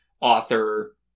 author